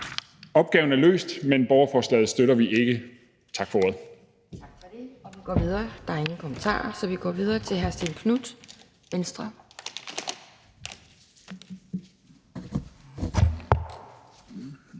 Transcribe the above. opgaven er løst, men borgerforslaget støtter vi ikke. Tak for ordet.